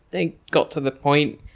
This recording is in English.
they got to the point,